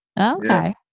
okay